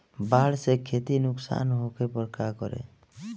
बाढ़ से खेती नुकसान होखे पर का करे?